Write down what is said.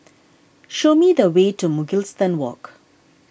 show me the way to Mugliston Walk